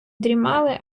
дрімали